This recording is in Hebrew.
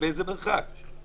באיזה מרחק?